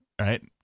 right